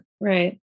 right